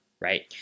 right